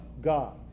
God